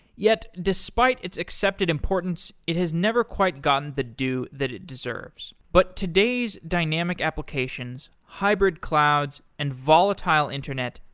yet, despite its accepted importance, it has never quite gotten the due that it deserves. but today's dynamic applications, hybrid clouds and volatile internet,